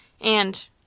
And—